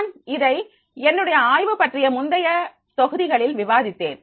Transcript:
நான் இதை என்னுடைய ஆய்வு பற்றிய முந்திய தொகுதிகளில் விவாதித்தேன்